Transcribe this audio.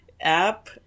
App